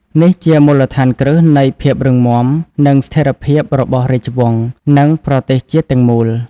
នេះជាមូលដ្ឋានគ្រឹះនៃ ភាពរឹងមាំ និងស្ថិរភាព របស់រាជវង្ស និងប្រទេសជាតិទាំងមូល។